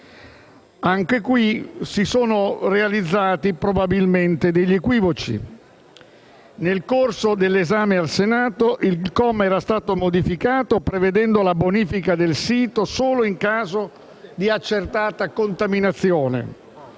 si sono realizzati degli equivoci. Nel corso dell'esame al Senato il comma era stato modificato prevedendo la bonifica del sito solo in caso di accertata contaminazione;